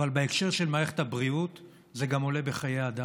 אבל בהקשר של מערכת הבריאות זה גם עולה בחיי אדם.